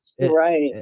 right